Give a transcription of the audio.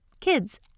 Kids